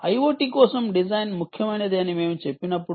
IoT కోసం design ముఖ్యమైనది అని మేము చెప్పినప్పుడు